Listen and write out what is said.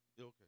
Okay